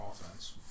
offense